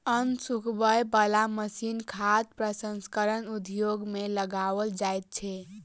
अन्न सुखबय बला मशीन खाद्य प्रसंस्करण उद्योग मे लगाओल जाइत छै